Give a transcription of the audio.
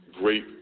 Great